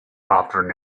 after